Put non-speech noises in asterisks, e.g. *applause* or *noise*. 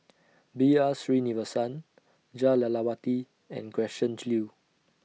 *noise* B R Sreenivasan Jah Lelawati and Gretchen Liu